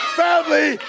family